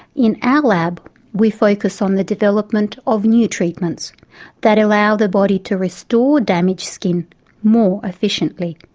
in our lab we focus on the development of new treatments that allow the body to restore damaged skin more efficiently.